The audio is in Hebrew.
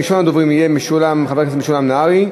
ראשון הדוברים יהיה חבר הכנסת משולם נהרי,